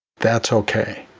that's okay.